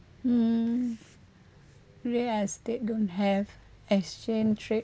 mm real estate don't have exchange rate